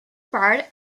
part